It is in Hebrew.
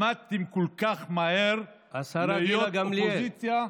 למדתם כל כך מהר להיות אופוזיציה.